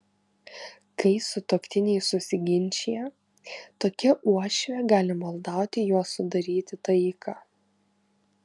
kai sutuoktiniai susiginčija tokia uošvė gali maldauti juos sudaryti taiką